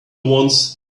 wants